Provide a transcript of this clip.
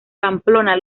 pamplona